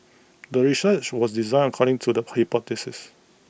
the research was designed according to the hypothesis